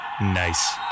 Nice